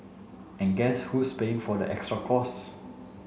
and guess who's paying for the extra costs